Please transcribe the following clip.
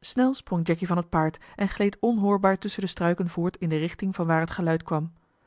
snel sprong jacky van het paard en gleed onhoorbaar tusschen de struiken voort in de richting vanwaar het geluid kwam